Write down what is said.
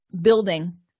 building